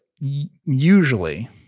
usually